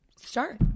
start